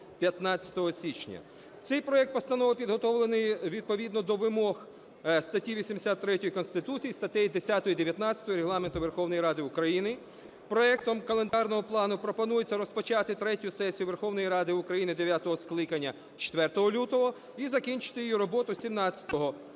Цей проект постанови підготовлений відповідно до вимог статті 83 Конституції, статей 10, 19 Регламенту Верховної Ради України. Проектом календарного плану пропонується розпочати третю сесію Верховної Ради України дев'ятого скликання 4 лютого і закінчити її роботу 17